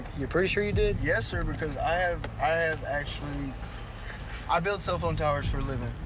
you're pretty sure you did? yes, sir. because i have i have, actually i build cell phone towers for a living.